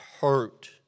hurt